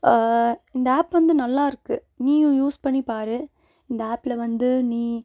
இந்த ஆப் வந்து நல்லா இருக்குது நீயும் யூஸ் பண்ணி பார் இந்த ஆப்பில் வந்து நீ